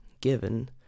given